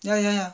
ya ya ya